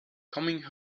coming